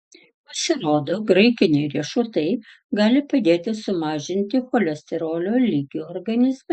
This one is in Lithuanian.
pasirodo graikiniai riešutai gali padėti sumažinti cholesterolio lygį organizme